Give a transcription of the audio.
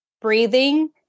breathing